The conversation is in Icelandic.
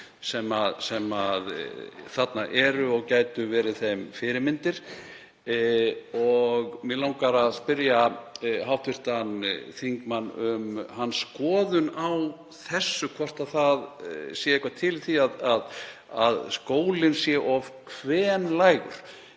sem þarna eru og gætu verið þeim fyrirmyndir. Mig langar að spyrja hv. þingmann um hans skoðun á þessu, hvort það sé eitthvað til í því að skólinn sé of kvenlægur.